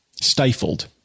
stifled